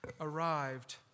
arrived